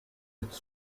its